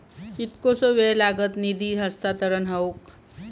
कितकोसो वेळ लागत निधी हस्तांतरण हौक?